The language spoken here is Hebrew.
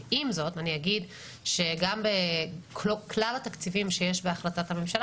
עם זאת אני אגיד שכלל התקציבים שיש בהחלטת הממשלה